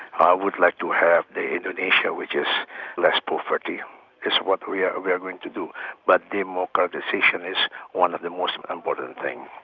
i would like to have the indonesia which has less poverty it's what we ah we are going to do but democratisation is one of the most important things.